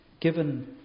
given